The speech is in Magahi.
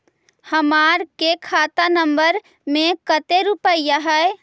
हमार के खाता नंबर में कते रूपैया है?